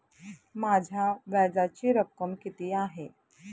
माझ्या व्याजाची रक्कम किती आहे?